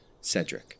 Cedric